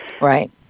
Right